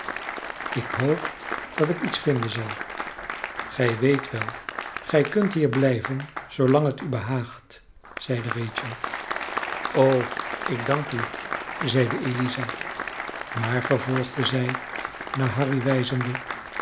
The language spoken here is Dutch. ik hoop dat ik iets vinden zal gij weet wel gij kunt hier blijven zoolang het u behaagt zeide rachel o ik dank u zeide eliza maar vervolgde zij naar harry wijzende